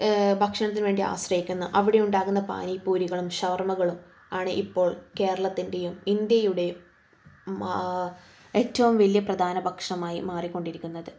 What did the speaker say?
ഭക്ഷണത്തിനു വേണ്ടി ആശ്രയിക്കുന്നു അവിടെ ഉണ്ടാകുന്ന പാനി പൂരികളും ഷവർമകളും ആണ് ഇപ്പോൾ കേരളത്തിൻ്റെയും ഇന്ത്യയുടെയും ഏറ്റവും വലിയ പ്രധാന ഭക്ഷണമായി മാറിക്കൊണ്ടിരിക്കുന്നത്